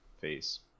face